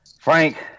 Frank